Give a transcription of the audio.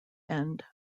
end